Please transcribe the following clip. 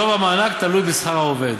גובה המענק תלוי בשכר העובד.